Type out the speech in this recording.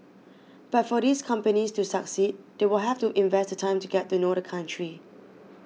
but for these companies to succeed they will have to invest the time to get to know the country